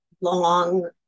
long